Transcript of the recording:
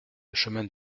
chemin